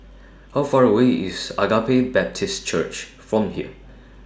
How Far away IS Agape Baptist Church from here